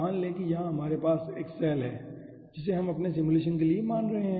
मान लें कि यहां हमारे पास एक सेल है जिसे हम अपने सिमुलेशन के लिए मान रहे हैं